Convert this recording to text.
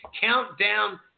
countdown